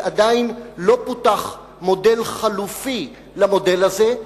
ועדיין לא פותח מודל חלופי למודל הזה,